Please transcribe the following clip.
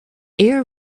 air